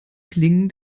klingen